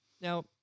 Now